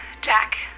Jack